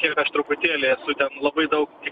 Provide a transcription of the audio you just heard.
kiek aš truputėlį esu ten labai daug tikrai